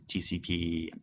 tcp,